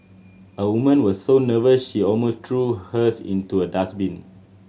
a woman was so nervous she almost threw hers into a dustbin